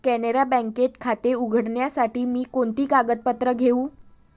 कॅनरा बँकेत खाते उघडण्यासाठी मी कोणती कागदपत्रे घेऊ?